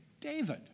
David